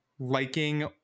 liking